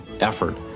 effort